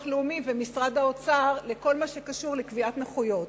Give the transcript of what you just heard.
לאומי ומשרד האוצר בכל מה שקשור לקביעת נכויות.